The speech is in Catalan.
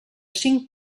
cinc